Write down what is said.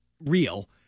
real